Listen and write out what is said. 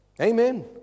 Amen